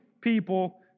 people